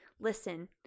listen